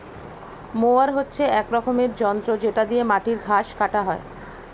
mower হচ্ছে এক রকমের যন্ত্র যেটা দিয়ে মাটির ঘাস কাটা হয়